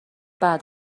بعد